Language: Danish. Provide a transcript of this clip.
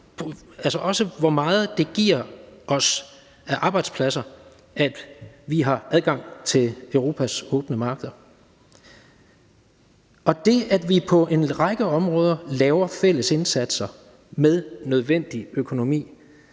jo også, hvor meget det giver os af arbejdspladser, at vi har adgang til Europas åbne markeder. Og det, at vi på en række områder laver fælles indsatser med nødvendig økonomi,